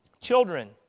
children